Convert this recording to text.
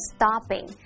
Stopping